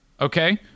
Okay